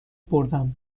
بردم